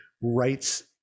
rights